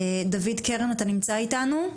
דוד קרן אתה נמצא איתנו?